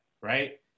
right